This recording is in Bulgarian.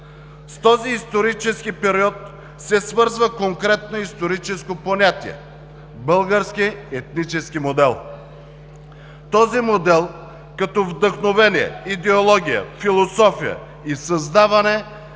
С този исторически период се свързва конкретно историческо понятие – „български етнически модел“. Този модел като вдъхновение, идеология, философия и създаване